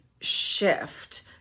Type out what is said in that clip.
shift